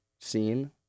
scene